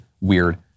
weird